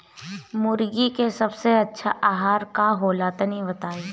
मुर्गी के सबसे अच्छा आहार का होला तनी बताई?